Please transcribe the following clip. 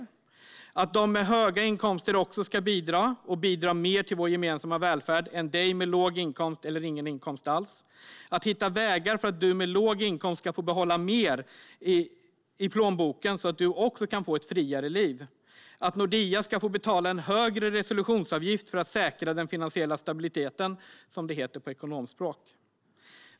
Vi kämpar för att också de med höga inkomster ska bidra och bidra mer till vår gemensamma välfärd än de med låg inkomst eller ingen inkomst alls. Vi kämpar för att hitta vägar för att de med låg inkomst ska få behålla mer i plånboken och så att också de kan få ett friare liv. Vi kämpar för att Nordea ska betala en högre resolutionsavgift för att säkra den finansiella stabiliteten, som det heter på ekonomspråk.